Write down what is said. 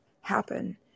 happen